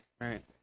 Right